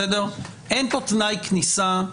אין פה תנאי כניסה,